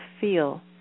feel